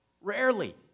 Rarely